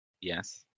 Yes